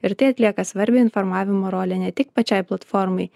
ir tai atlieka svarbią informavimo rolę ne tik pačiai platformai